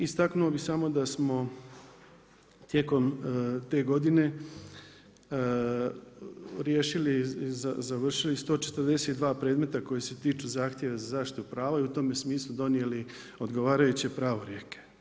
Istaknuo bih samo da smo tijekom te godine riješili i završili 142 predmeta koji se tiču zahtjeva za zaštitu prava i u tome smislu donijeli odgovarajuće pravorijeke.